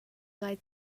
ngai